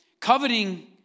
Coveting